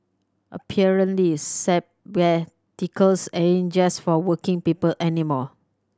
apparently sabbaticals just for working people anymore